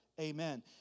Amen